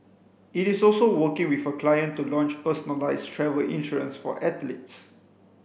it is also working with a client to launch personalised travel insurance for athletes